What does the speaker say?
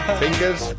fingers